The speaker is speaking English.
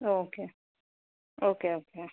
okay okay okay